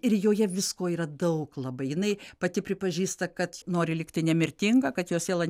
ir joje visko yra daug labai jinai pati pripažįsta kad nori likti nemirtinga kad jos siela